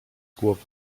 głowy